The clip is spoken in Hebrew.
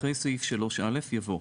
אחרי סעיף 3א יבוא: